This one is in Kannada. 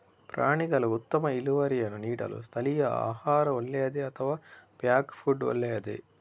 ಪ್ರಾಣಿಗಳು ಉತ್ತಮ ಇಳುವರಿಯನ್ನು ನೀಡಲು ಸ್ಥಳೀಯ ಆಹಾರ ಒಳ್ಳೆಯದೇ ಅಥವಾ ಪ್ಯಾಕ್ ಫುಡ್ ಒಳ್ಳೆಯದೇ?